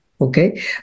okay